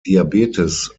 diabetes